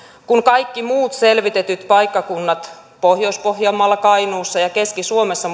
kun kaikki muut selvitetyt paikkakunnat muun muassa pohjois pohjanmaalla kainuussa ja keski suomessa